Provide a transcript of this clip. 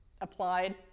applied